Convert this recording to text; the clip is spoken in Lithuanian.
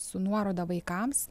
su nuoroda vaikams